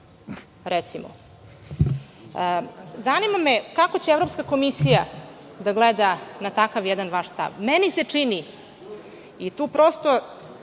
Fratini? Zanima me kako će Evropska komisija da gleda na takav jedan vaš stav. Meni se čini, i tu prosto